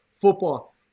football